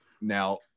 Now